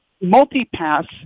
multi-pass